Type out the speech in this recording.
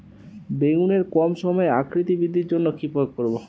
বেগুনের কম সময়ে আকৃতি বৃদ্ধির জন্য কি প্রয়োগ করব?